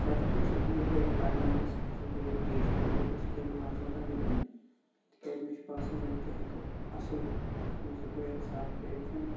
سۄ تہِ کیاہ سۄ تہِ یِہے پَرناونَس یُتھُے زَن ٹیٖچِنٛگ منٛزے گوٚژھ کینٛہہ مُلازمَتا مِلٕنۍ تِکیازِ مےٚ چھُ باسان زَنتہِ ہیٚکہٕ اَصل اَتھ منٛز ہیٚکو اِنصاف کٔرِتھ